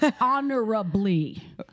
honorably